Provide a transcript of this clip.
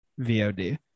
VOD